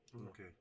Okay